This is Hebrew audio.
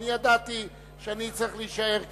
אבל ידעתי שאני צריך להישאר כאן.